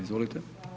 Izvolite.